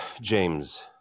James